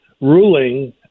ruling